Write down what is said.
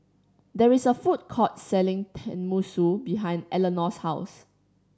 there is a food court selling Tenmusu behind Eleanor's house